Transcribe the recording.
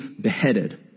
beheaded